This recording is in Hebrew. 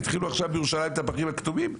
התחילו עכשיו בירושלים את הפחים הכתומים?